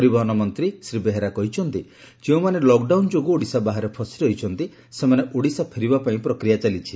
ପରିବହନ ମନ୍ତୀ ଶ୍ରୀ ବେହେରା କହିଛନ୍ତି ଯେଉଁମାନେ ଲକ୍ଡାଉନ୍ ଯୋଗୁଁ ଓଡ଼ିଶା ବାହାରେ ଫସି ରହିଛନ୍ତି ସେମାନେ ଓଡ଼ିଶା ଫେରିବାପାଇଁ ପ୍ରକ୍ରିୟା ଚାଲିଛି